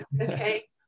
okay